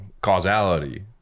causality